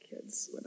kids